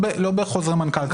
לא בחוזרי מנכ"ל.